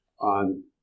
on